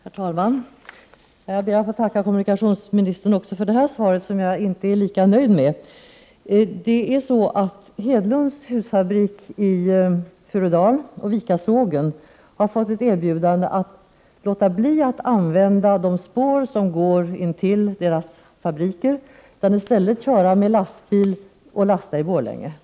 Herr talman! Jag ber att få tacka kommunikationsministern också för detta svar, som jag inte är lika nöjd med. Det är så att Hedlunds husfabrik i Furudal och Vikasågen har fått ett erbjudande att låta bli att använda de spår som går intill deras fabriker och i stället köra med lastbil och lasta i Borlänge.